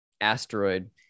asteroid